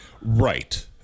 Right